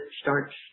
starts